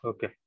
Okay